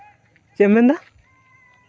ᱪᱮᱫ ᱮᱢ ᱢᱮᱱ ᱮᱫᱟ